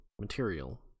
Material